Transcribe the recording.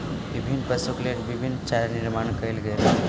विभिन्न पशुक लेल विभिन्न चारा निर्माण कयल गेल